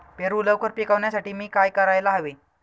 पेरू लवकर पिकवण्यासाठी मी काय करायला हवे?